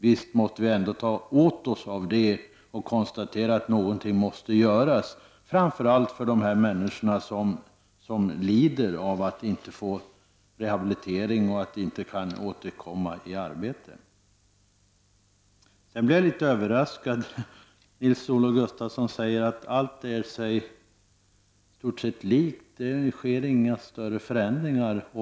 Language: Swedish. Den måste vi ta till oss och konstatera att någonting måste göras, framför allt för de människor som lider av att inte få rehabilitering och inte kan återkomma i arbete. Jag blev litet överraskad när Nils-Olof Gustafsson sade att allting i stort sett är sig likt och att det inte sker några större förändringar.